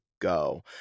go